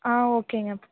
ஆ ஓகேங்க